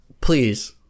Please